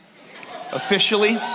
officially